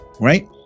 Right